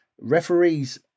Referees